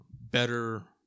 better